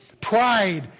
Pride